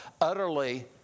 utterly